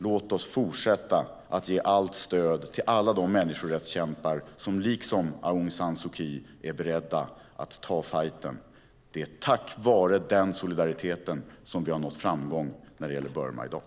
Låt oss fortsätta ge allt stöd till alla de människorättskämpar som liksom Aung San Suu Kyi är beredda att ta fajten. Det är tack vare den solidariteten som vi har nått framgång när det gäller Burma i dag.